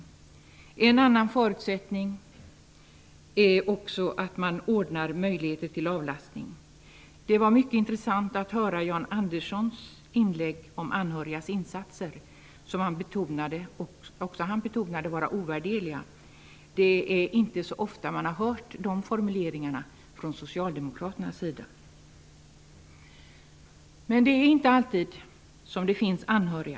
En annan förutsättning är att det finns möjligheter till avlastning. Det var mycket intressant att höra Jan Anderssons inlägg om anhörigas insatser, vilka också han betonade var ovärderliga. Det är inte så ofta vi hör socialdemokrater formulera sig så. Det är emellertid inte alltid som det finns anhöriga.